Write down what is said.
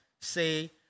say